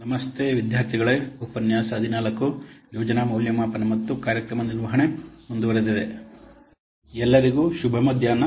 ಎಲ್ಲರಿಗೂ ಶುಭ ಮಧ್ಯಾಹ್ನ